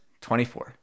24